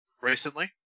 recently